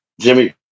Jimmy